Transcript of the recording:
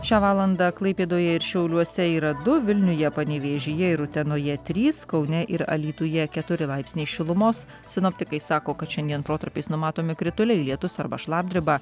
šią valandą klaipėdoje ir šiauliuose yra du vilniuje panevėžyje ir utenoje trys kaune ir alytuje keturi laipsniai šilumos sinoptikai sako kad šiandien protarpiais numatomi krituliai lietus arba šlapdriba